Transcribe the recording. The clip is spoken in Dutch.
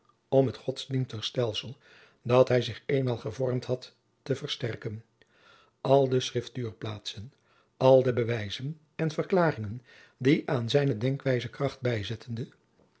om het godsdienstig stelsel dat hij zich eenmaal gevormd had te versterken al de schriftuurplaatsen al de bewijzen en verklaringen die aan zijne denkwijze kracht bijzetteden